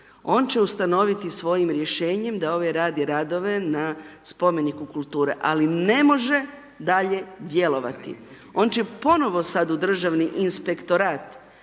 on će ustanoviti svojim rješenjem da ovaj radi radove na spomeniku kulture, ali ne može dalje djelovati. On će ponovo sada u Državi inspektorat